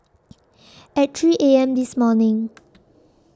At three A M This morning